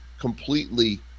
completely